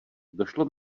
došlo